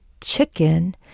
chicken